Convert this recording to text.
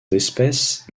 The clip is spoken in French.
d’espèces